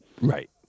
Right